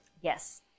Yes